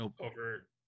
over